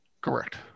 Correct